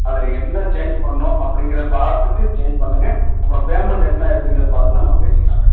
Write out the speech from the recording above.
அதில் என்ன சேஞ்ச் பண்ணும் அப்படிங்கிறத பார்த்துட்டு சேஞ்ச் பண்ணுங்கள் அப்புறம் பேமெண்ட்டு என்ன எப்படிங்கறத பார்த்து நம்ம பேசிக்கலாம் மேடம்